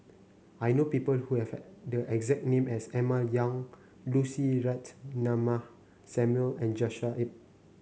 I know people who have the exact name as Emma Yong Lucy Ratnammah Samuel and Joshua Ip